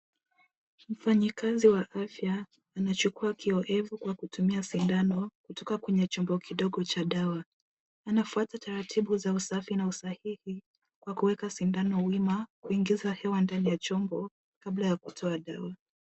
Mfanyikazi wa afya, anachukua kioevu kwa kutumia sindano kutoka kwenye chombo kidogo cha dawa. Anafuata taratibu za usafi na usahii, kwa kuweka sindano wima kuingiza hewa ndani ya chombo kabla ya kutoa dawa.